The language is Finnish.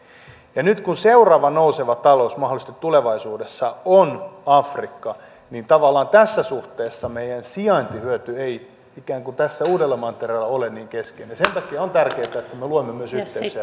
ja nyt kun seuraava nouseva talous tulevaisuudessa mahdollisesti on afrikka niin tavallaan tässä suhteessa meidän sijaintihyötymme ei ikään kuin uudella mantereella ole niin keskeinen ja sen takia on tärkeätä että me luomme myös